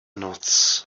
noc